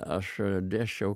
aš dėsčiau